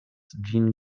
ĝin